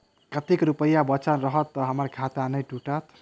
कतेक रुपया बचल रहत तऽ हम्मर खाता नै टूटत?